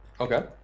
Okay